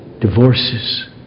divorces